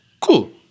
Cool